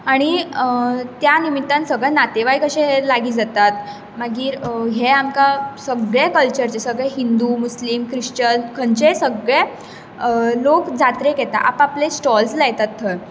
आनी त्या निमितान सगळे नातेबाय कशे लागीं जातात मागीर हे आमकां सगळे कल्चर सगळे हिंदू मुस्लीम क्रिस्चन म्हणजे सगळे लोक जात्रेक येतात आप आपले स्टॉल्स लायतात थंय